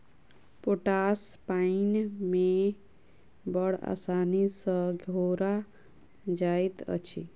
potash पाइन मे बड़ आसानी सॅ घोरा जाइत अछि